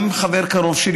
גם חבר קרוב שלי